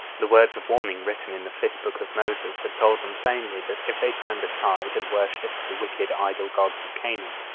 the words of warning written in the fifth book of moses had told them plainly that if they turned aside and worshipped the wicked idol-gods of canaan,